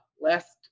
last